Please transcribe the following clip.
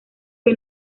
que